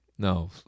No